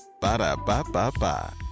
Ba-da-ba-ba-ba